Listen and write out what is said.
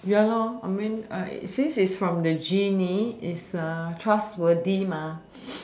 ya I mean if it's from the genie it is trustworthy